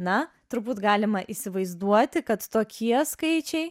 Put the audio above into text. na turbūt galima įsivaizduoti kad tokie skaičiai